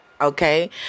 Okay